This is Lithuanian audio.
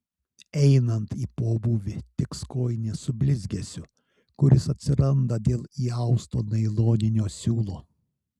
einant į pobūvį tiks kojinės su blizgesiu kuris atsiranda dėl įausto nailoninio siūlo